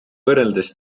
võrreldes